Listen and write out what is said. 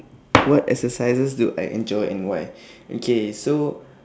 what exercises do I enjoy and why okay so